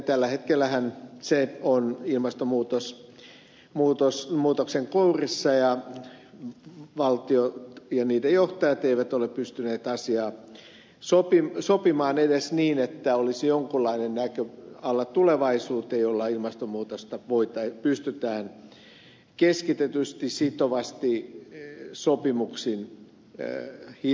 tällä hetkellähän se on ilmastonmuutoksen kourissa ja valtiot ja niiden johtajat eivät ole pystyneet asiaa sopimaan edes niin että olisi jonkunlainen näköala tulevaisuuteen jolla ilmastonmuutosta pystytään keskitetysti sitovasti sopimuksin hillitsemään